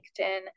linkedin